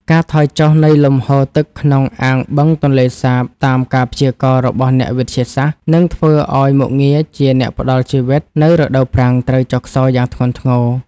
ការថយចុះនៃលំហូរទឹកក្នុងអាងបឹងទន្លេសាបតាមការព្យាករណ៍របស់អ្នកវិទ្យាសាស្ត្រ នឹងធ្វើឱ្យមុខងារជា អ្នកផ្តល់ជីវិត នៅរដូវប្រាំងត្រូវចុះខ្សោយយ៉ាងធ្ងន់ធ្ងរ